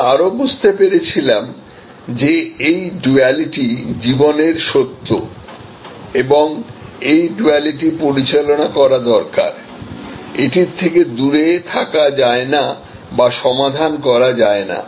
আমরা আরো বুঝতে পেরেছিলাম যে এই ডুয়ালিটি জীবনের সত্য এবং এই ডুয়ালিটি পরিচালনা করা দরকার এটিরথেকে দূরে থাকা যায় না বা সমাধান করা যায় না